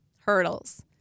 hurdles